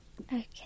Okay